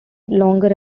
longer